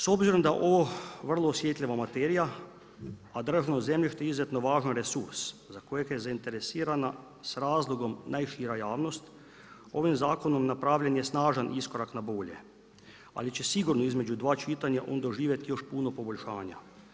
S obzirom da je ovo vrlo osjetljiva materija a državno zemljište izuzetno važan resurs za kojeg je zainteresirana s razlogom najšira javnost ovim zakonom napravljen je snažan iskorak na bolje ali će sigurno između 2 čitanja on doživjeti još puno poboljšanja.